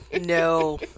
no